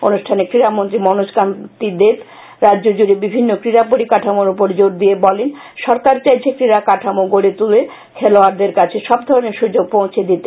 অনুষ্ঠানে ক্রীড়ামন্ত্রী মনোজকান্তি দেব রাজ্য জুড়ে বিভিন্ন ক্রীড়া পরিকাঠামোর উপর জোর দিয়ে বলেন সরকার চাইছে ক্রীড়া কাঠামো গড়ে তুলে খেলোয়ারদের কাছে সব ধরনের সুযোগ পৌঁছে দিতে